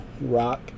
rock